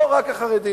לא רק החרדים,